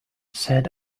said